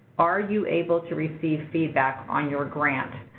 are you able to receive feedback on your grant?